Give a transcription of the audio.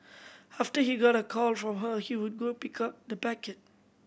after he got a call from her he would go pick up the packet